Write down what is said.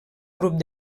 grup